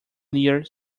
near